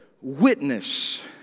witness